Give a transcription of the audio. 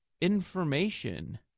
information